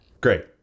Great